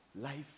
Life